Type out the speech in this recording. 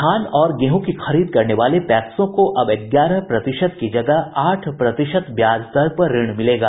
धान ओर गेहूँ की खरीद करने वाले पैक्सों को अब ग्यारह प्रतिशत की जगह आठ प्रतिशत ब्याज दर पर ऋण मिलेगा